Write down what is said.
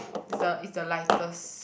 is the is the lightest